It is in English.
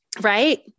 right